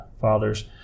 fathers